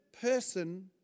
person